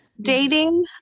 dating